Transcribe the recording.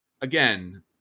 Again